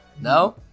No